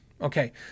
Okay